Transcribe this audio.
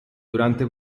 durante